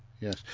Yes